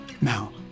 Now